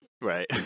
Right